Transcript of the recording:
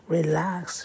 Relax